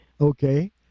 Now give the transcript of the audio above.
Okay